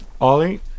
Ollie